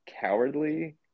Cowardly